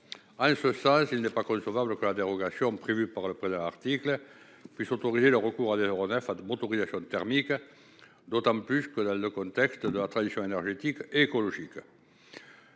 En ce sens, il n'est pas concevable que la dérogation prévue par le présent article puisse autoriser le recours à des aéronefs à motorisation thermique, d'autant plus dans le contexte de la transition énergétique et écologique.